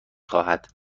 خواهد